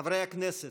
חברי הכנסת,